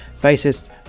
bassist